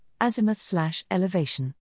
azimuth-slash-elevation